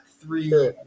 three